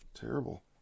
Terrible